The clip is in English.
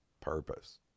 purpose